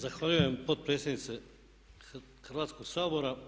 Zahvaljujem potpredsjednice Hrvatskog sabora.